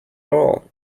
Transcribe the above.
all